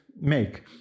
make